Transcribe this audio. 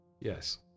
Yes